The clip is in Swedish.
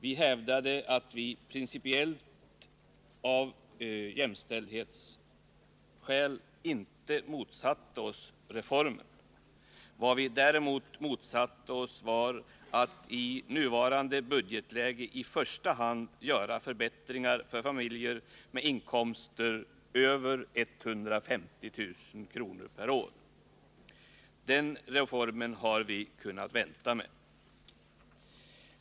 Vi hävdade att vi principiellt — av jämställdhetsskäl — inte motsatte oss reformen. Däremot motsatte vi oss att man i nuvarande budgetläge i första hand införde förbättringar för familjer med inkomster på över 150 000 kr. per år. Den reformen hade vi kunnat vänta med.